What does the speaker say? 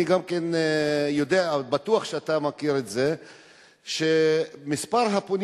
אני בטוח שאתה מכיר את זה שמספר הפונים